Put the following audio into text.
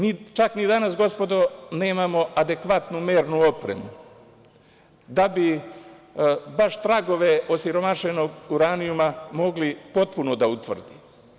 Mi čak ni danas, gospodo, nemamo adekvatnu mernu opremu da bi baš tragove osiromašenog uranijuma mogli potpuno da utvrdimo.